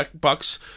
bucks